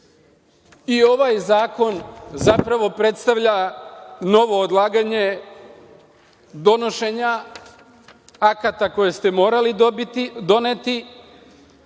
I ovaj zakon zapravo predstavlja novo odlaganje donošenja akata koje ste morali doneti,